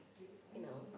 you know